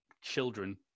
children